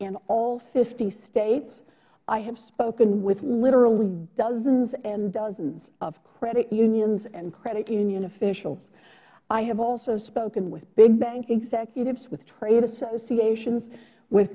in all fifty states i have spoken with literally dozens and dozens of credit unions and credit union officials i have also spoken with big bank executives with trade associations with